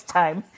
time